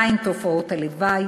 מה הן תופעות הלוואי,